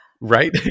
right